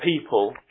people